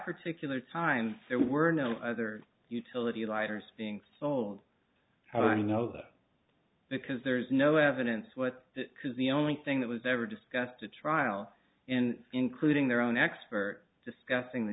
particular time there were no other utility lighters being sold how do i know that because there's no evidence what because the only thing that was ever discussed a trial and including their own expert discussing the